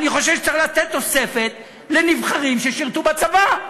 אני חושב שצריך לתת תוספת לנבחרים ששירתו בצבא.